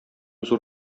зур